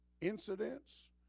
incidents